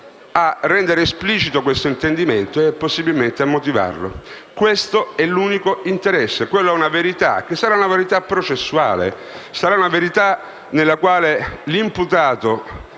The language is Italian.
a rendere esplicito questo intendimento e possibilmente a motivarlo. Questo è l'unico interesse, cioè quello a una verità che sarà processuale, una verità nella quale l'imputato